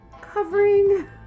covering